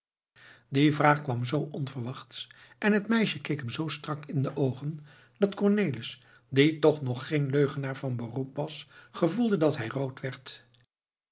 die vraag kwam zoo onverwachts en het meisje keek hem zoo strak in de oogen dat cornelis die toch nog geen leugenaar van beroep was gevoelde dat hij rood werd